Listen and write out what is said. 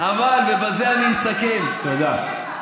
אבל, ובזה אני מסכם, בבקשה.